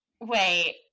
Wait